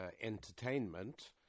entertainment